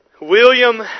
William